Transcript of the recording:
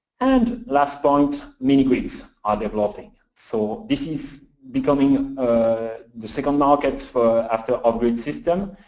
and last point, mini-grids are developing. so this is becoming the second market for after off-grid system.